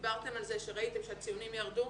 דיברתם על זה שראיתם שהציונים ירדו.